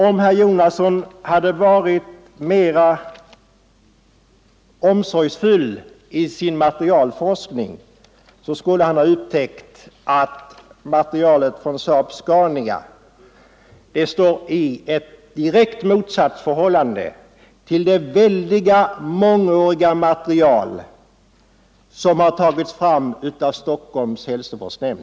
Om herr Jonasson hade varit mera omsorgsfull i sin materialforskning, skulle han ha upptäckt att detta material står i ett direkt motsatsförhållande till det väldiga material som under många år har tagits fram av Stockholms hälsovårdsnämnd.